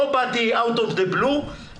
לא באתי out of the blue ויצרתי